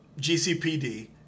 GCPD